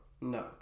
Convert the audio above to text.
No